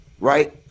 right